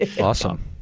Awesome